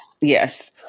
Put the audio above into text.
Yes